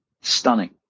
Stunning